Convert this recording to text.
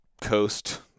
Coast